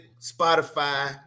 Spotify